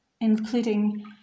including